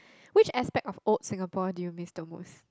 which aspect of old Singapore do you miss the most